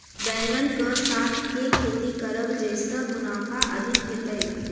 बैंगन कऽ साथ केँ खेती करब जयसँ मुनाफा अधिक हेतइ?